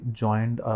joined